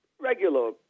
regular